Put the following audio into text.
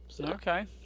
okay